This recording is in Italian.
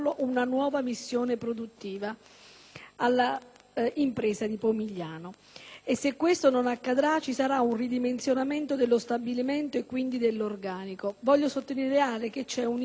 all'impresa di Pomigliano. Se questo non accadrà, ci sarà un ridimensionamento dello stabilimento e quindi dell'organico. Sottolineo che c'è un indotto che riguarda circa 30.000 persone